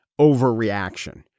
overreaction